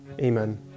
Amen